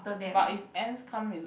but if ants come is